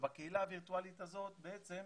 שבקהילה הווירטואלית הזאת אנחנו